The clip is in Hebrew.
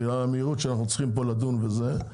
בגלל המהירות שאנחנו צריכים פה לדון וזה,